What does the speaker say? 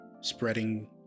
Spreading